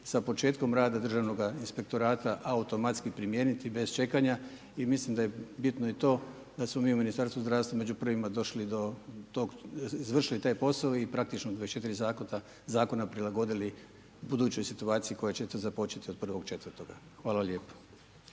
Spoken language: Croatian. sa početkom rada državnog inspektorata automatski primijeniti bez čekanja i mislim da je bitno i to da smo mi u Ministarstvu zdravstva među prvima došli do tog, izvršili taj posao i praktično 24 zakona prilagodili budućoj situaciji koja će započeti od 1.4. Hvala lijepo.